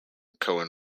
cohen